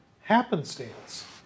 happenstance